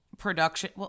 production